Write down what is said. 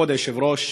כבוד היושב-ראש,